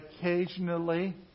occasionally